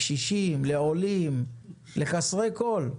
לקשישים, לעולים, לחסרי כל.